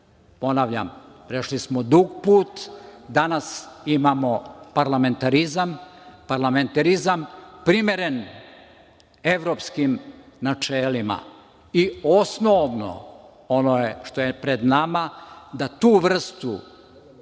prešli smo dug put. Danas imamo parlamentarizam, parlamentarizam primeren evropskim načelima i osnovno, ono što je pred nama, da tu vrstu